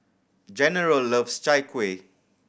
General loves Chai Kueh